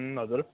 हजुर